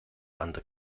under